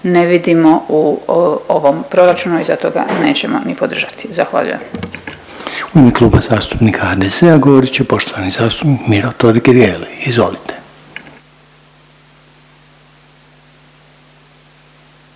ne vidimo u ovom proračunu i zato ga nećemo ni podržati. Zahvaljujem.